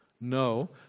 No